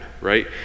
right